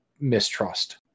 mistrust